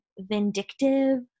vindictive